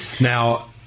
Now